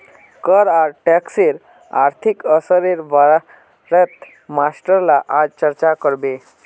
कर या टैक्सेर आर्थिक असरेर बारेत मास्टर ला आज चर्चा करबे